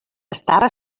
estava